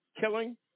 killing